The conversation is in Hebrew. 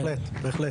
בהחלט.